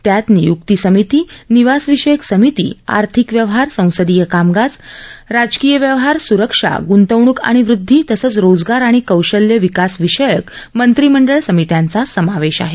त्यात नियुक्तीसमिती निवासविषयक समिती आर्थिक व्यवहार संसदीय कामकाज राजकीय व्यवहार स्रक्षा ग्ंतवण्क आणि वृद्धी तसंच रोजगार आणि कौशल्य विकास विषयक मंत्रीमंडळ समित्यांचा समावेश आहे